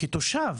כתושב